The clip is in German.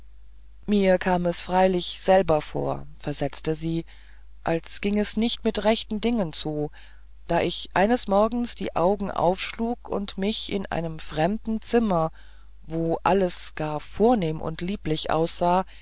mir kam es wahrlich selber vor versetzte sie als ging es nicht mit rechten dingen zu da ich eines morgens die augen aufschlug und mich in einem fremden zimmer wo alles gar vornehm und lieblich aussah